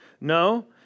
No